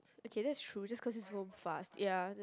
okay that's true just cause it's more fast ya that